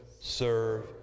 serve